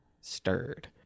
stirred